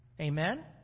Amen